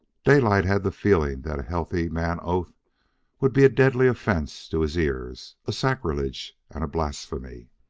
daylight had the feeling that a healthy man-oath would be a deadly offence to his ears, a sacrilege and a blasphemy.